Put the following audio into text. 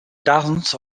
dozens